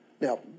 Now